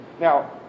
Now